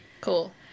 Cool